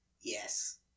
Yes